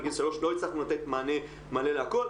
או 23. לא הצלחנו לתת מענה מלא לכול,